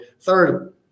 Third